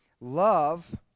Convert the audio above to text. love